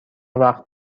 وقت